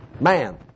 man